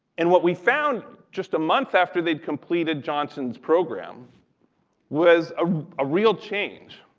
and what we found just a month after they'd completed johnson's program was ah a real change.